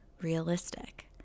realistic